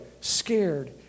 scared